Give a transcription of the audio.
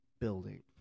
building